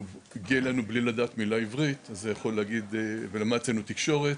שהוא הגיע אלינו בלי לדעת מילה בעברית ולמד אצלנו תקשורת,